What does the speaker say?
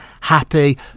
happy